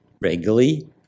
regularly